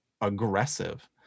aggressive